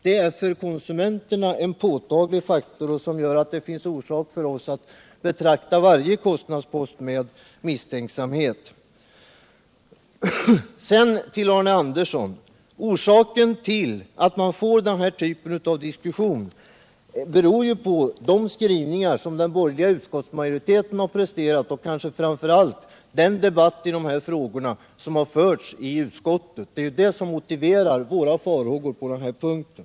Det är en för konsumenterna påtaglig faktor, som gör att det finns anledning för oss att betrakta varje kostnadspost med misstänksamhet. Sedan till Arne Andersson! Orsakerna till att man får den här typen av diskussion är ju de skrivningar som den borgerliga utskottsmajoriteten har presterat och kanske framför allt den debatt i de här frågorna som har förts i utskottet. Det är dessa saker som motiverar våra farhågor på den här punkten.